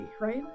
right